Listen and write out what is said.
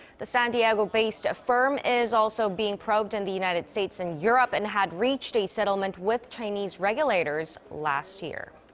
the san diego-based firm. is also being probed in the united states and europe. and had reached a settlement with chinese regulators. last year.